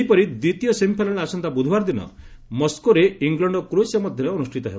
ସେହିପରି ଦ୍ୱିତୀୟ ସେମିଫାଇନାଲ୍ ଆସନ୍ତା ବୁଧବାର ଦିନ ମସ୍କୋରେ ଇଂଲଣ୍ଡ ଓ କ୍ରୋଏସିଆ ମଧ୍ୟରେ ଅନୁଷ୍ଠିତ ହେବ